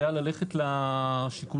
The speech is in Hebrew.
הייתה ללכת לשיכונים.